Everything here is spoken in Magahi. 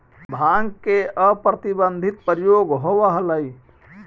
भाँग के अप्रतिबंधित प्रयोग होवऽ हलई